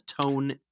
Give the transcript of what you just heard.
tone